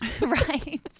right